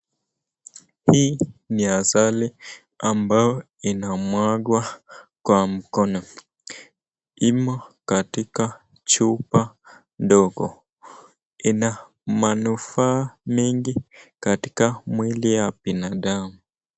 Hii ni asali ambayo inamwagwa kwa mkono. Imo katika chupa ndogo. Ina manufaa mingi katika mwili ya binadamu.